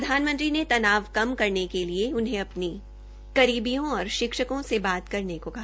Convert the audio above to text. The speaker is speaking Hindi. प्रधानमंत्री ने तनाव कम करने के लिए उन्हें करीबियों और शिक्षकों से बात करने को कहा